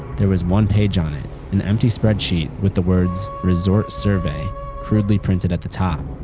there was one page on it, an empty spreadsheet with the words resort survey crudely printed at the top.